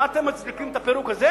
אתם מצדיקים את הפירוק הזה?